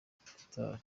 qatar